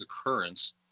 occurrence